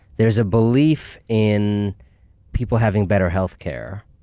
there's a belief in people having better healthcare,